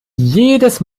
jedes